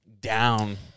down